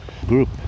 group